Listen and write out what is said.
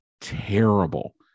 terrible